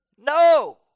No